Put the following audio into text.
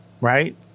right